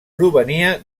provenia